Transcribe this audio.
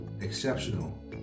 exceptional